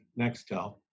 Nextel